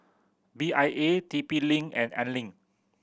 B I A T P Link and Anlene